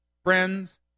Friends